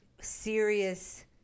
serious